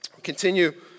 continue